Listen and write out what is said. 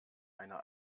eine